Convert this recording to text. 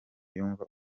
yumva